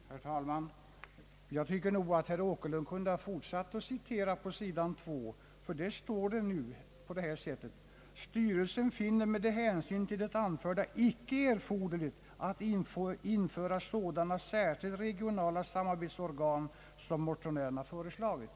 Herr talman! Jag tycker nog att herr Åkerlund kunde fortsatt att citera på sid. 2, ty där står det på detta sätt: »Styrelsen finner det med hänsyn till det anförda icke erforderligt att införa sådana särskilda regionala samarbetsorgan som motionärerna föreslagit.»